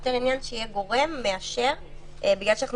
זה יותר עניין שיהיה גורם מאשר בגלל שאנחנו